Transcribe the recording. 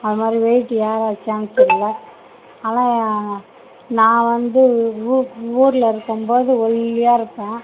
அது மாதிரி வெயிட் ஏற சான்ஸ் இல்லை ஆனால் நான் வந்து ஊர் ஊரில் இருக்கும்போது ஒல்லியாக இருப்பேன்